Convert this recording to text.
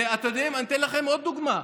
אני אתן לכם עוד דוגמה.